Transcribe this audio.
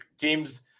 teams